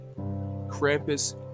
Krampus